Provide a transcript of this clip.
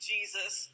Jesus